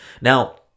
Now